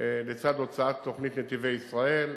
הוצאת תוכנית "נתיבי ישראל",